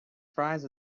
fries